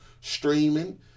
streaming